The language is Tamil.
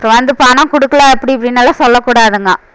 அப்றம் வந்து பணம் கொடுக்கல அப்படி இப்படினு எல்லாம் சொல்லக் கூடாதுங்க